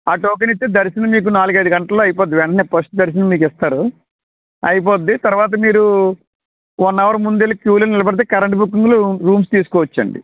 ఆ టోకెన్ ఇస్తే దర్శనం మీకు నాలుగైదు గంటల్లో అయిపోద్ది వెంటనే పస్టు దర్శనం మీకు ఇస్తారు అయిపోతుంది తరువాత మీరు వన్ అవర్ ముందు వెళ్ళి క్యూలో నిలబడితే కరెంట్ బుకింగ్లో రూమ్స్ రూమ్స్ తీసుకోవచ్చు అండి